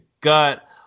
gut